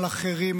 על אחרים,